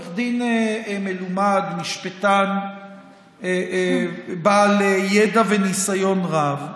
עורך דין מלומד, משפטן, בעל ידע וניסיון רב,